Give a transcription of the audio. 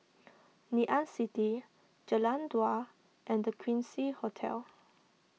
Ngee Ann City Jalan Dua and the Quincy Hotel